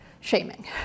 shaming